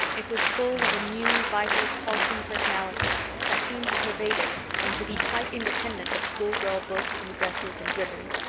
it was full of a new vital, pulsing personality that seemed to pervade it and to be quite independent of schoolgirl books and dresses and ribbons,